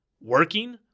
working